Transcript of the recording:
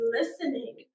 listening